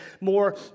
more